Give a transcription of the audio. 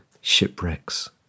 shipwrecks